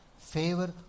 Favor